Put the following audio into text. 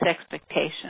expectations